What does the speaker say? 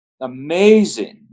amazing